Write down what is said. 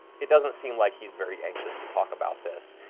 it doesn't seem like he is very anxious to talk about this.